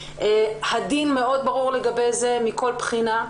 הדין מאוד ברור לגבי זה מכל בחינה.